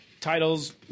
Titles